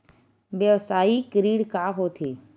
व्यवसायिक ऋण का होथे?